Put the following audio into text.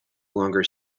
longer